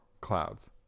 clouds